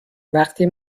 وقتی